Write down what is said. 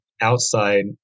outside